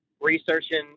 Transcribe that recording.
researching